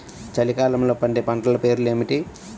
చలికాలంలో పండే పంటల పేర్లు ఏమిటీ?